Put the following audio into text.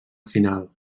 final